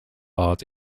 art